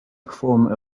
perform